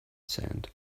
sand